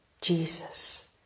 jesus